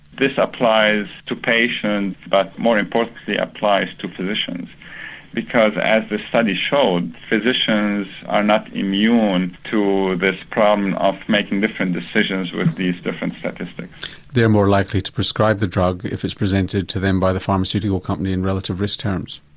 this applies to patients but more importantly applies to physicians because as the study showed, physicians are not immune to this problem of making different decisions with these different statistics. they are more likely to prescribe the drug if it's presented to them by the pharmaceutical company in relative risk terms?